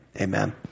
Amen